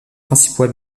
principaux